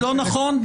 לא נכון?